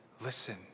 listen